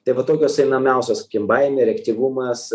tai va tokios einamiausios sakykim baimė reaktyvumas